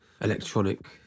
electronic